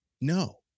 no